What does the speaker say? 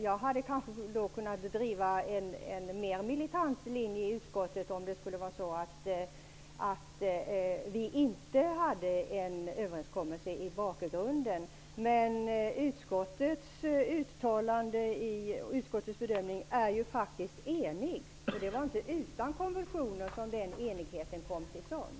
Jag hade kanske kunnat driva en mer militant linje i utskottet, om det inte hade funnits någon överenskommelse i bakgrunden. Men utskottets bedömning är ju faktiskt enhällig. Det var inte utan konvulsioner som den enigheten kom till stånd.